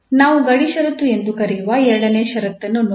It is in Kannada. ನಾವು ಗಡಿ ಷರತ್ತು ಎಂದು ಕರೆಯುವ ಎರಡನೇ ಷರತ್ತನ್ನು ನೋಡೋಣ